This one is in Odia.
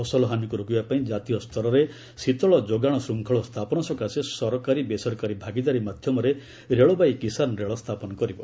ଫସଲ ହାନୀକୁ ରୋକିବାପାଇଁ କାତୀୟ ସ୍ତରରେ ଶୀତଳ ଯୋଗାଣ ଶୂଙ୍ଖଳ ସ୍ଥାପନ ସକାଶେ ସରକାରୀ ବେସରକାରୀ ଭାଗିଦାରୀ ମାଧ୍ୟମରେ ରେଳବାଇ କିଷାନ ରେଳ ସ୍ଥାପନ କରିବ